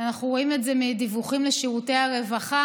אנחנו רואים את זה מהדיווחים לשירותי הרווחה,